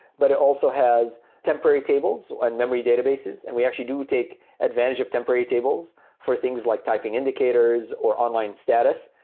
but it also has temporary tables and memory databases, and we actually do take advantage of temporary tables for things like typing indicators or online status,